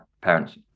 parents